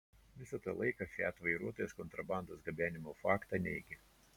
visą tą laiką fiat vairuotojas kontrabandos gabenimo faktą neigė